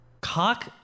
Cock